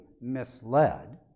misled